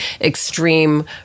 extreme